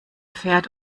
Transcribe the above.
pferd